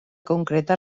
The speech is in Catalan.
concreta